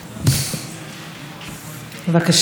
תודה רבה, גברתי היושבת-ראש.